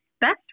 Best